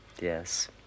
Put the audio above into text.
Yes